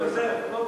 אני עוזב.